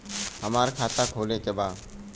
हमार खाता खोले के बा?